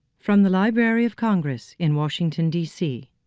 from the library of congress in washington dc.